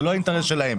זה לא אינטרס שלהם.